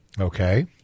Okay